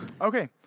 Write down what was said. Okay